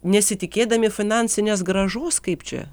nesitikėdami finansinės grąžos kaip čia